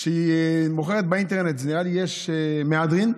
שמוכרת באינטרנט, נדמה לי שזה מהדרין,